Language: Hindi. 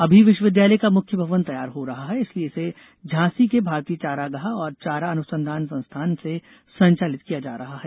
अभी विश्वविद्यालय को मुख्य भवन तैयार हो रहा है इसलिए इसे झांसी के भारतीय चरागाह और चारा अनुसंधान संस्थान से संचालित किया जा रहा है